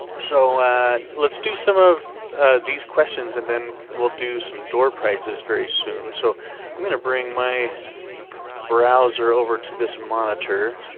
so let's do some of these questions and then we'll do some door prizes very soon. so i'm gonna bring my browser over to this monitor.